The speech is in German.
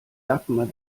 dagmar